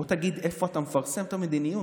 בוא תגיד איפה אתה מפרסם את המדיניות.